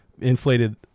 inflated